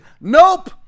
Nope